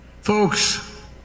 Folks